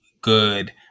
good